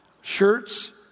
shirts